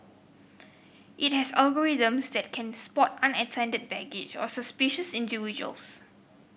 it has algorithms that can spot unattended baggage or suspicious individuals